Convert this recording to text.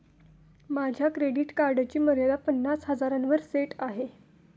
माझ्या क्रेडिट कार्डची मर्यादा पन्नास हजारांवर सेट करा